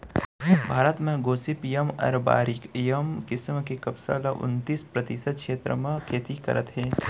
भारत म Gossypium arboreum किसम के कपसा ल उन्तीस परतिसत छेत्र म खेती करत हें